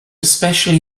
especially